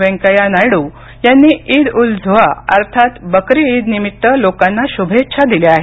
व्यंकय्या नायडू यांनी ईद उल झुआ अर्थात बकरी ईदनिमित्त लोकांना शुभेच्छा दिल्या आहेत